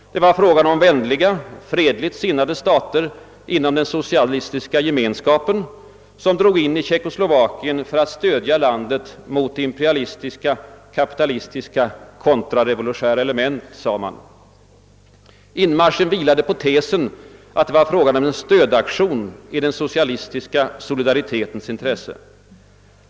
Det var fråga om vänliga, fredligt sinnade stater inom den socialistiska gemenskapen, som drog in i Tjeckoslovakien för att stödja landet mot imperialistiska, kapitalistiska, kontrarevolutionära element, sades det. Inmarschen vilade på tesen, att det var fråga om en stödaktion i den socialistiska solidaritetens intresse.